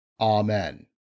Amen